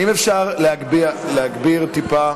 אם אפשר להגביר טיפה.